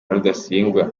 rudasingwa